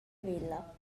vella